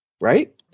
right